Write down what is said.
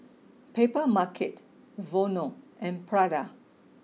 Papermarket Vono and Prada